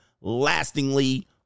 lastingly